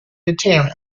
deterrent